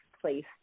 place